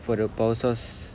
for the power source